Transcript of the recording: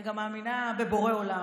אני גם מאמינה בבורא עולם,